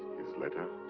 his letter?